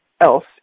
else